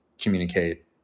communicate